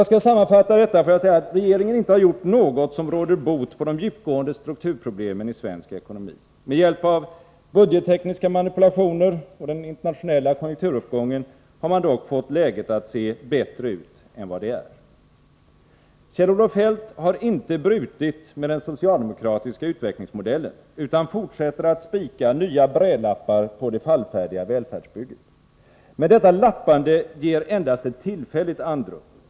Jag vill sammanfatta med att säga att regeringen inte har gjort något som råder bot på de djupgående strukturproblemen i svensk ekonomi. Med hjälp av budgettekniska manipulationer och den internationella konjunkturuppgången har den dock fått läget att se bättre ut än vad det är. Kjell-Olof Feldt har inte brutit med den socialdemokratiska utvecklingsmodellen, utan fortsätter att spika nya brädlappar på det fallfärdiga välfärdsbygget. Men detta lappande ger endast ett tillfälligt andrum.